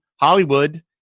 Hollywood